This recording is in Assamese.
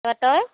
তাৰপৰা তই